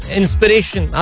inspiration